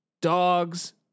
dogs